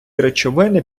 речовини